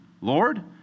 Lord